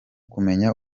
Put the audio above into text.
kumenya